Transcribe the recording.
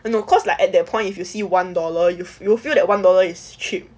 no cause like at that point if you see one dollar you will feel that one dollar is cheap